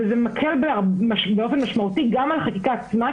וזה מקל באופן משמעותי גם על החקיקה עצמה,